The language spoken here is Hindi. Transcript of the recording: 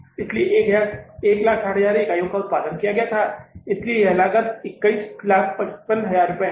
इसलिए 160000 यूनिट्स का उत्पादन किया है इसलिए यह लागत 2155000 है